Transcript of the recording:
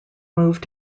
moved